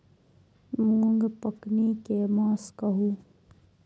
मूँग पकनी के मास कहू?